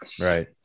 Right